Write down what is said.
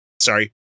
Sorry